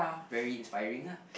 very inspiring lah